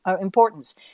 importance